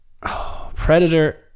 Predator